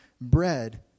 bread